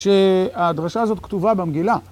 שהדרשה הזאת כתובה במגילה.